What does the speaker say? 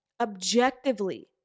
objectively